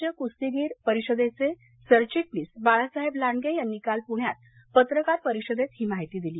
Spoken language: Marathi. राज्य कुस्तीगीर परिषदेचे सरचिटणीस बाळासाहेब लांडगे यांनी काल पुण्यात पत्रकार परिषदेत ही माहिती दिली